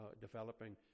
developing